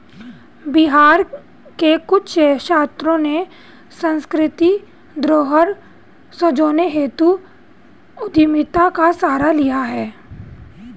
बिहार के कुछ छात्रों ने सांस्कृतिक धरोहर संजोने हेतु उद्यमिता का सहारा लिया है